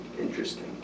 interesting